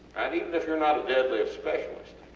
and even if youre not a deadlift specialist,